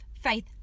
faith